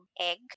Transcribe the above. egg